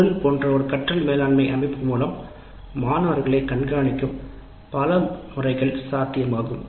MOODLE போன்ற ஒரு கற்றல் மேலாண்மை அமைப்பு மூலம் மாணவர்களைக் கண்காணிக்கும் பல முறைகள் சாத்தியமாகும்